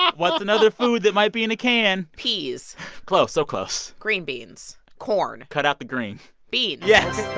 what's another food that might be in a can? peas close. so close green beans. corn cut out the green beans yes